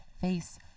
Face